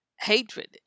hatred